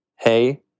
Hey